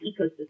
ecosystem